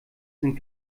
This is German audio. sind